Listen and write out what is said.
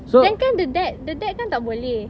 then kan the dad the dad kan tak boleh